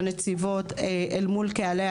והחיתוכים, שאמנם רוב המוסדות הגדולים חלוקים.